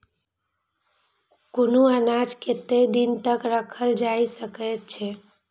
कुनू अनाज कतेक दिन तक रखल जाई सकऐत छै?